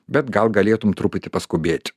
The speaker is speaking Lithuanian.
bet gal galėtum truputį paskubėti